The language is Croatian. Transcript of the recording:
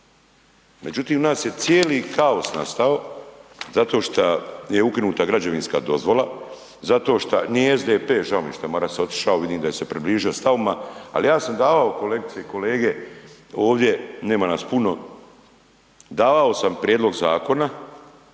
Međutim, kod nas je cijeli kaos nastao zato što je ukinuta građevinska dozvola, zato što, niti SDP-e, žao mi je što je Maras otišao, vidim da se približio stavovima. Ali ja sam davao kolegice i kolege ovdje nema nas puno, davao sam prijedlog zakona